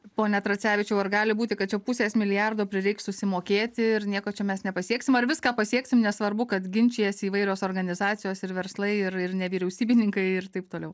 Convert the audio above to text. pone tracevičiau ar gali būti kad čia pusės milijardo prireiks susimokėti ir nieko čia mes nepasieksim ar viską pasieksim nesvarbu kad ginčijasi įvairios organizacijos ir verslai ir ir nevyriausybininkai ir taip toliau